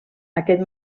aquest